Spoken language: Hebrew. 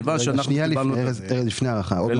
שנייה לפני ארז, לפני ההערכה.